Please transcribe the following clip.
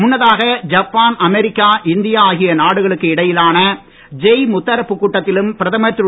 முன்னதாக Japan America India ஆகிய நாடுகளுக்கு இடையிலான ஜெய் முத்தரப்பு கூட்டத்திலும் பிரதமர் திரு